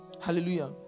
Hallelujah